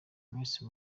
mwese